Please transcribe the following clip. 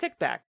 kickback